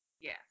Yes